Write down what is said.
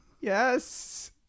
Yes